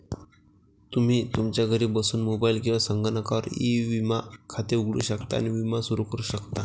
तुम्ही तुमच्या घरी बसून मोबाईल किंवा संगणकावर ई विमा खाते उघडू शकता आणि विमा सुरू करू शकता